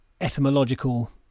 etymological